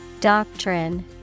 Doctrine